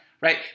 right